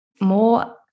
more